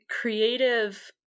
creative